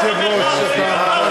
תתבייש לך,